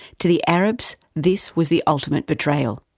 to the arabs this was the ultimate betrayal.